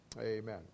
Amen